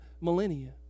millennia